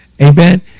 Amen